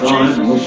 Jesus